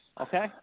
Okay